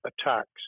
attacks